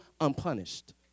unpunished